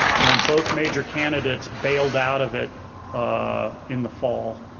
and both major candidates bailed out of it ah in the fall,